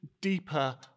deeper